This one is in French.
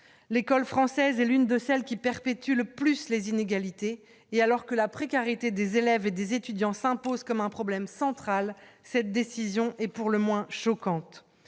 l'école française est l'une de celles qui perpétue le plus les inégalités et alors que la précarité des élèves et des étudiants s'impose comme un problème central, cette décision est pour le moins choquante,